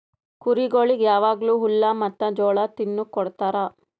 ಕುರಿಗೊಳಿಗ್ ಯಾವಾಗ್ಲೂ ಹುಲ್ಲ ಮತ್ತ್ ಜೋಳ ತಿನುಕ್ ಕೊಡ್ತಾರ